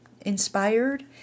inspired